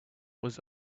was